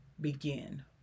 begin